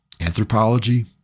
anthropology